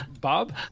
Bob